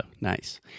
Nice